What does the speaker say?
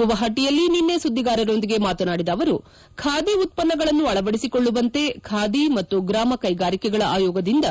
ಗುವಾಹಟಿಯಲ್ಲಿ ನಿನ್ನೆ ಸುದ್ದಿಗಾರರೊಂದಿಗೆ ಮಾತನಾಡಿದ ಅವರು ಖಾದಿ ಉತ್ಪನ್ನಗಳನ್ನು ಅಳವಡಿಸಿಕೊಳ್ಳುವಂತೆ ಖಾದಿ ಮತ್ತು ಗ್ರಾಮ ಕೈಗಾರಿಕೆಗಳ ಆಯೋಗದಿಂದ